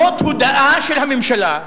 זאת הודאה של הממשלה.